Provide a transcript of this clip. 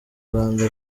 rwanda